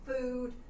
food